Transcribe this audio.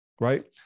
Right